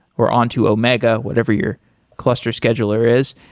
or on to omega, whatever your cluster scheduler is,